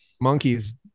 monkeys